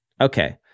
okay